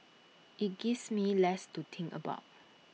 IT gives me less to think about